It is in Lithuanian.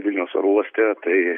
vilniaus oro uoste tai